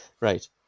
Right